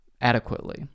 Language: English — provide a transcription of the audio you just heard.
adequately